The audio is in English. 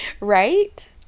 right